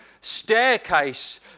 staircase